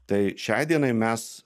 tai šiai dienai mes